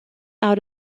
out